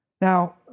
Now